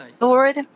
Lord